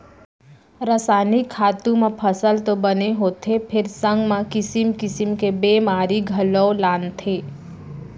रसायनिक खातू म फसल तो बने होथे फेर संग म किसिम किसिम के बेमारी घलौ लानथे